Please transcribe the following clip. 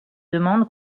demande